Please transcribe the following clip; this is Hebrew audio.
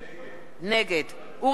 נגד אורי אריאל,